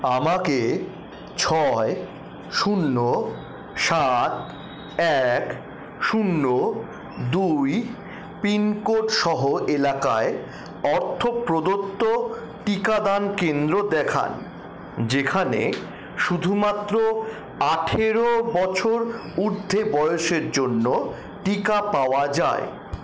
আমাকে ছয় শূন্য সাত এক শূন্য দুই পিনকোডসহ এলাকায় অর্থপ্রদত্ত টিকাদান কেন্দ্র দেখান যেখানে শুধুমাত্র আঠেরো বছর উর্ধ্বে বয়েসের জন্য টিকা পাওয়া যায়